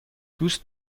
دوست